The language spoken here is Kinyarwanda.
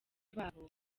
babo